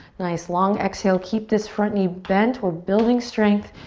nice, long exhale. keep this front knee bent. we're building strength.